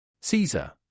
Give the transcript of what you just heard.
Caesar